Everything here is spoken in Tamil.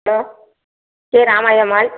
ஹலோ பேர் ராமாயி அம்மாள்